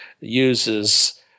uses